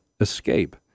Escape